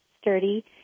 sturdy